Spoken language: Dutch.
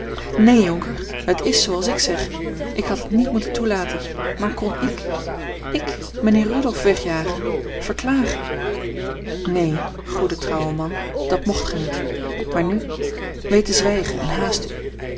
neen jonker het is zooals ik zeg ik had het niet moeten toelaten maar kon ik ik mijnheer rudolf wegjagen verklagen neen goede trouwe man dat mocht gij niet maar nu weet te zwijgen en haast u